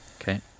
Okay